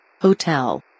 Hotel